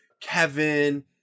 Kevin